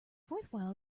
worthwhile